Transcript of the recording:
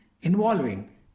involving